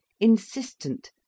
insistent